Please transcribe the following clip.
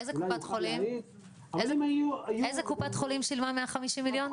איזה קופת חולים שילמה 150 מיליון?